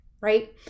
right